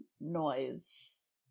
noise